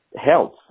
health